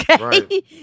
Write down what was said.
okay